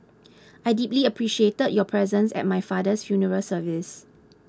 I deeply appreciated your presence at my father's funeral service